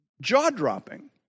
jaw-dropping